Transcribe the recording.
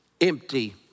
empty